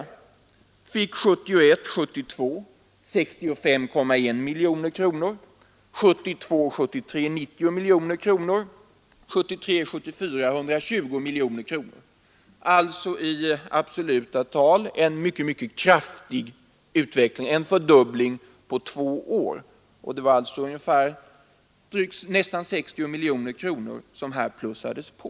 Detta land fick 1971 73 90 miljoner kronor. 1973/74 får landet 120 Onsdagen den miljoner kronor. Det är alltså i absoluta tal en mycket kraftig utveckling 25 april 1973 — en fördubbling på två år. Nästan 60 miljoner kronor har här plussats — på.